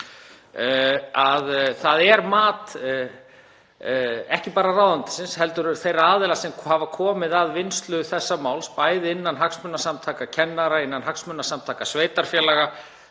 það er mat, ekki bara ráðuneytisins heldur þeirra aðila sem hafa komið að vinnslu þessa máls, bæði innan hagsmunasamtaka kennara, innan hagsmunasamtaka sveitarfélaga